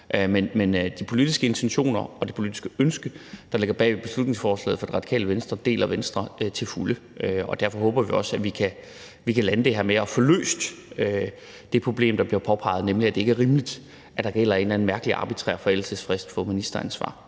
Men de politiske intentioner og det politiske ønske, der ligger bag beslutningsforslaget fra Det Radikale Venstre, deler Venstre til fulde, og derfor håber vi også, at vi kan lande det her med at få løst det problem, der bliver påpeget, nemlig at det ikke er rimeligt, at der gælder en eller anden mærkelig, arbitrær forældelsesfrist for ministeransvar,